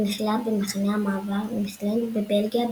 ונכלאה במחנה המעבר מכלן בבלגיה,